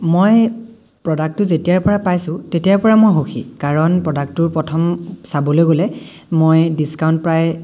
মই প্ৰডাক্টটো যেতিয়াৰ পৰা পাইছোঁ তেতিয়াৰ পৰা মই সুখী কাৰণ প্ৰডাক্টটোৰ প্ৰথম চাবলৈ গ'লে মই ডিছকাউণ্ট প্ৰায়